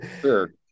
Sure